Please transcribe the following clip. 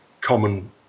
common